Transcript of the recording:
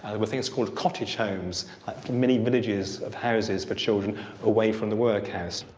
with things called cottage homes, like mini villages of houses for children away from the workhouse.